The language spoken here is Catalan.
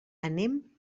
anem